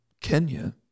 Kenya